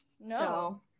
No